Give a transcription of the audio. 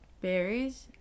berries